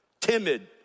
timid